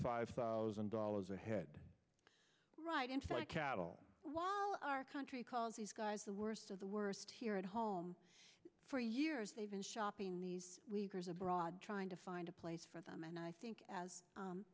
five thousand dollars a head right into like cattle while our country calls these guys the worst of the worst here at home for years they've been shopping these leaders abroad trying to find a place for them and i think as